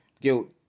guilt